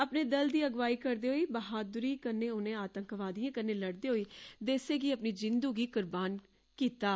अपने दल दी अगुवाई करदे होई बहादुरी कन्नै उने आतंकवादिए कन्नै लड़दे होई देसे लेई अपनी जिंदू गी कुरबान करी दित्ता हा